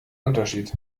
unterschied